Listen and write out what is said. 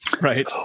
right